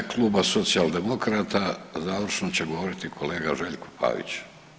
U ime kluba Socijaldemokrata završno će govoriti kolega Željko Pavić.